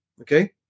okay